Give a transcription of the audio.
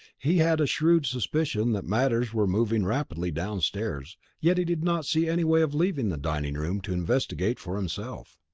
he had a shrewd suspicion that matters were moving rapidly downstairs yet he did not see any way of leaving the dining-room to investigate for himself.